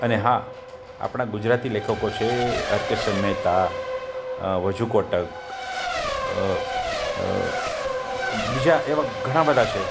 અને હા આપણા ગુજરાતી લેખકો છે આર કે સન મેહતા વજુ કોટક બીજા એવા એવા ઘણા બધા છે